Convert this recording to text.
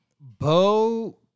Bo